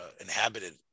inhabited